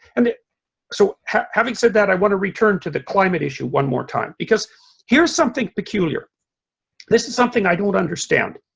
and so having said that i want to return to the climate issue one more time because here's something peculiar this is something i don't understand.